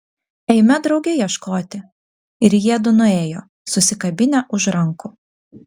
eime drauge ieškoti ir jiedu nuėjo susikabinę už rankų